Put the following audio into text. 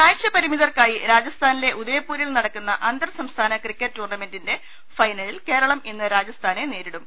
കാഴ്ച്ച പരിമിതർക്കായി രാജസ്ഥാനിലെ ഉദയപൂരിൽ നട് ക്കുന്ന അന്തർ സംസ്ഥാന ക്രിക്കറ്റ് ടൂർണമെന്റിന്റെ ഫൈനലിൽ കേരളം ഇന്ന് രാജസ്ഥാനെ നേരിടും